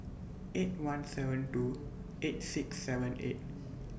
eight one seven two eight six seven eight